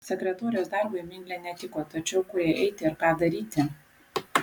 sekretorės darbui miglė netiko tačiau kur jai eiti ir ką daryti